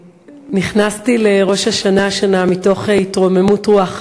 נכנסתי לראש השנה השנה מתוך התרוממות רוח,